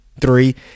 three